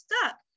stuck